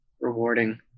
rewarding